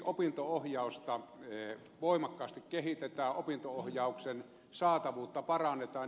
opinto ohjausta voimakkaasti kehitetään ja opinto ohjauksen saatavuutta parannetaan